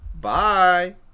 Bye